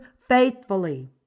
faithfully